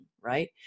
right